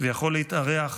ויכול להתארח